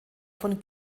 von